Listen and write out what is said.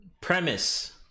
premise